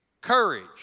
courage